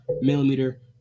millimeter